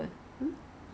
child friendly ah